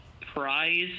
Prize